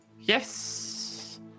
Yes